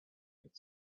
had